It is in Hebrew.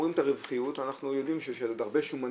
אומרים לך שיש לך שעת עבודה,